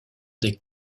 des